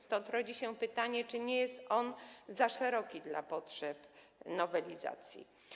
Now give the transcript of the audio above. Stąd rodzi się pytanie, czy nie jest on za szeroki na potrzeby nowelizacji.